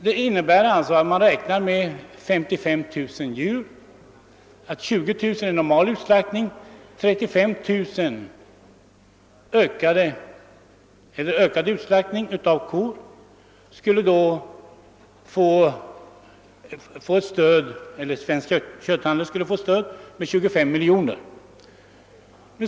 Det innebär att man räknar med 55 000 djur. 20 000 är som sagt normal utslaktning, och en ökad utslaktning av kor på 35 000 skulle föranleda att Svensk kötthandel fick stöd med 25 miljoner.